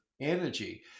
energy